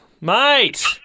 mate